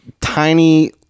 tiny